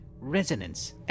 resonance